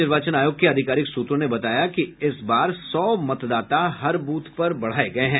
निर्वाचन आयोग के आधिकारिक सूत्रों ने बताया कि इस बार सौ मतदाता हर बूथ पर बढ़ाये गये हैं